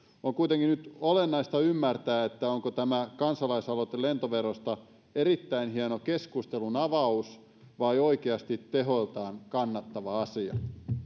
on kuitenkin nyt olennaista ymmärtää onko tämä kansalaisaloite lentoverosta erittäin hieno keskustelunavaus vai oikeasti tehoiltaan kannattava asia